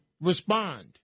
respond